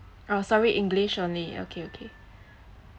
oh sorry english only okay okay